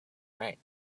write